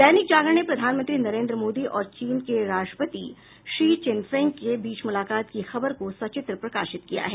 दैनिक जागरण ने प्रधानमंत्री नरेन्द्र मोदी और चीन के राष्ट्रपति शी चिनफिंग के बीच मुलाकात की खबर को सचित्र प्रकाशित किया है